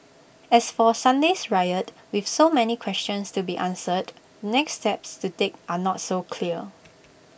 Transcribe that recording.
as for Sunday's riot with so many questions to be answered the next steps to take are not so clear